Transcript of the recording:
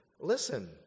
Listen